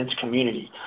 community